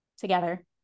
together